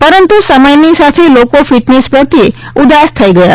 પરંતુ સમયની સાથે લોકો ફીટનેસ પ્રત્યે ઉદાસ થઇ ગયા